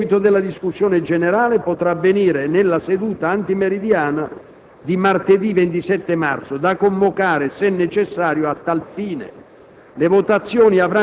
L'eventuale seguito della discussione generale potrà avvenire nella seduta antimeridiana di martedì 27 marzo, da convocare se necessario a tal fine.